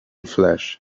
flesh